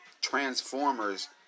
Transformers